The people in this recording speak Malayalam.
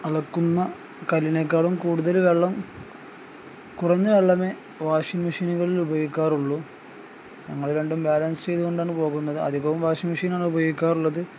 അലക്കുന്ന കല്ലിനേക്കാളും കൂടുതൽ വെള്ളം കുറഞ്ഞ വെള്ളമേ വാഷിംഗ് മെഷീനുകളിൽ ഉപയോഗിക്കാറുള്ളൂ ഞങ്ങൾ രണ്ടും ബാലൻസ് ചെയ്തുകൊണ്ടാണ് പോകുന്നത് അധികവും വാഷിംഗ് മെഷീനാണ് ഉപയോഗിക്കാറുള്ളത്